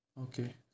okay